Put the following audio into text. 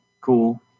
cool